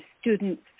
students